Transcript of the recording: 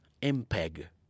MPEG